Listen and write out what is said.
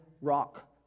rock